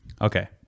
Okay